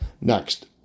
next